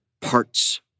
parts